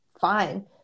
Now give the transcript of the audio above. fine